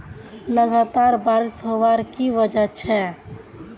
लगातार बारिश होबार की वजह छे?